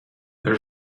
there